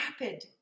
Rapid